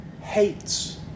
hates